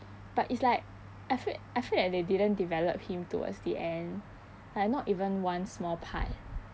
but it's like I feel I feel that they didn't develop him towards the end like not even one small part